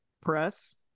press